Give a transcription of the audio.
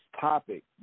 topic